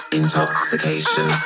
intoxication